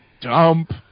Dump